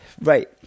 right